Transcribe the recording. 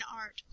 art